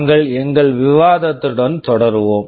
நாங்கள் எங்கள் விவாதத்துடன் தொடருவோம்